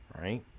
right